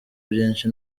byinshi